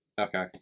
Okay